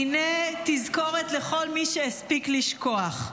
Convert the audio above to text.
הינה, תזכורת לכל מי הספיק לשכוח: